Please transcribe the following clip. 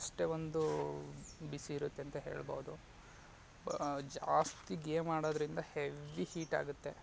ಅಷ್ಟೇ ಒಂದು ಬಿಸಿ ಇರುತ್ತೆ ಅಂತ ಹೇಳ್ಬೋದು ಬಾ ಜಾಸ್ತಿ ಗೇಮ್ ಆಡೋದ್ರಿಂದ ಹೆವ್ವಿ ಹೀಟ್ ಆಗತ್ತೆ